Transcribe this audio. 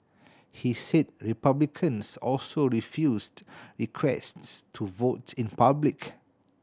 he said Republicans also refused requests to vote in public